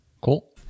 Cool